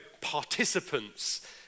participants